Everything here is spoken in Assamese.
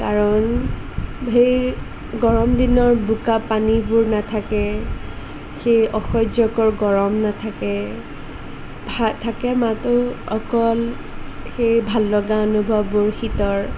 কাৰণ সেই গৰম দিনৰ বোকা পানীবোৰ নাথাকে সেই অসহ্যকৰ গৰম নাথাকে ভা থাকে মাথো অকল সেই ভাল লগা অনুভৱবোৰ শীতৰ